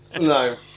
No